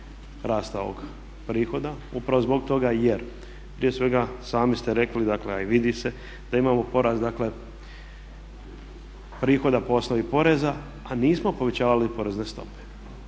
rasta ovog prihoda, upravo zbog toga jer prije svega sami ste rekli dakle a i vidi se da imamo porast dakle prihoda po osnovi poreza, a nismo povećavali porezne stope.